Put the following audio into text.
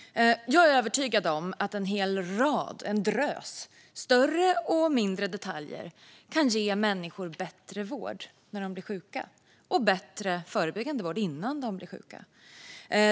Jag är övertygad om att en hel drös större och mindre detaljer kan ge människor bättre vård när de blir sjuka och bättre förebyggande vård innan de blir sjuka.